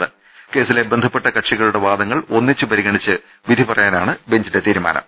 ക്ടേസിലെ ബന്ധപ്പെട്ട കക്ഷി കളുടെ വാദങ്ങൾ ഒന്നിച്ച് പരിഗണിച്ച് വിധിപറയാനാണ് ബെഞ്ചിന്റെ തീരുമാനം